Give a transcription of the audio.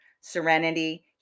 serenity